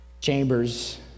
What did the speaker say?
Chambers